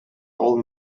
all